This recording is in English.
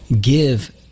give